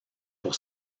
pour